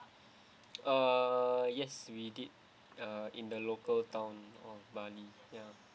uh yes we did uh in the local town of bali ya